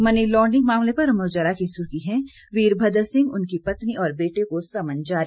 money laundering मामले पर अमर उजाला की सुर्खी है वीरमद्र सिंह उनकी पत्नी और बेटे को समन जारी